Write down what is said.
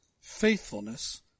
faithfulness